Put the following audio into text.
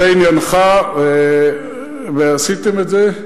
זה עניינך, ועשיתם את זה,